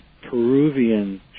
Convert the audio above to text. Peruvian